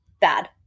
bad